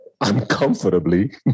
Uncomfortably